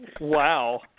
Wow